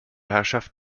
herrschaft